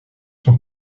son